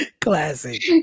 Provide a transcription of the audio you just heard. Classic